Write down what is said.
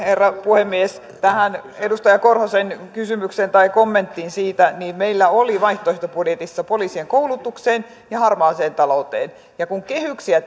herra puhemies tähän edustaja korhosen kysymykseen tai kommenttiin meillä oli vaihtoehtobudjetissa poliisien koulutukseen ja harmaaseen talouteen kun kehyksiä